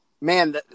man